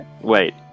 wait